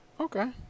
Okay